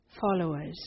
followers